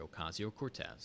Ocasio-Cortez